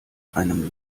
einem